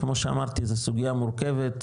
כמו שאמרתי זה סוגייה מורכבת,